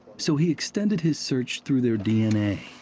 so he extended his search through their d n a.